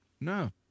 No